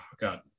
God